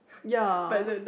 ya